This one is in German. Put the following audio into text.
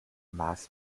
maß